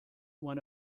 one